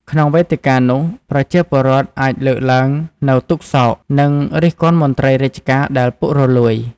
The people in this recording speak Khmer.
ក្នុងវេទិកានោះ ប្រជាពលរដ្ឋអាចលើកឡើងនូវទុក្ខសោក និងរិះគន់មន្ត្រីរាជការដែលពុករលួយ។